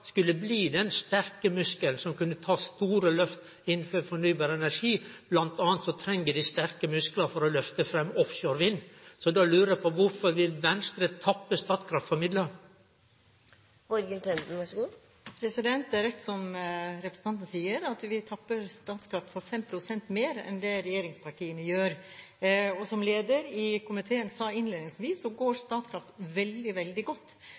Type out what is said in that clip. skulle bli den sterke muskelen som kunne ta store lyft innafor fornybar energi, bl.a. treng dei sterke musklar for å lyfte fram offshore vind. Da lurer eg på: Kvifor vil Venstre tappe Statkraft for midlar. Det er riktig som representanten sier, at vi tapper Statkraft for 5 pst. mer enn regjeringspartiene gjør, og som lederen i komiteen sa innledningsvis, går Statkraft veldig, veldig godt.